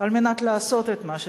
על מנת לעשות את מה שצריך.